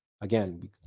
again